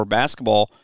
basketball